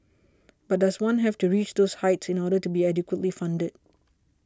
but does one have to reach those heights in order to be adequately funded